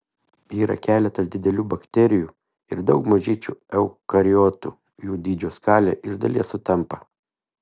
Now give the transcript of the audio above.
yra keletas didelių bakterijų ir daug mažyčių eukariotų jų dydžio skalė iš dalies sutampa